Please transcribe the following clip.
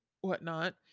whatnot